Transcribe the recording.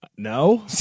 No